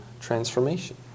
transformation